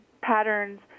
patterns